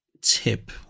tip